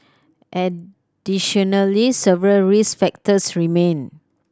additionally several risk factors remain